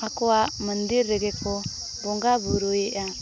ᱟᱠᱚᱣᱟᱜ ᱢᱚᱱᱫᱤᱨ ᱨᱮᱜᱮ ᱠᱚ ᱵᱚᱸᱜᱟ ᱵᱩᱨᱩᱭᱮᱫᱟ